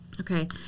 Okay